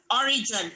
origin